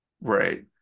Right